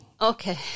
okay